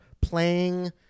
playing